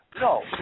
No